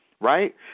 right